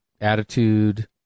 attitude